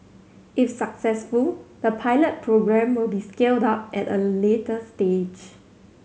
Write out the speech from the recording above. if successful the pilot programme will be scaled up at a later stage